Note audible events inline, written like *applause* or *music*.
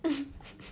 *laughs*